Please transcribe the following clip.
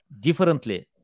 differently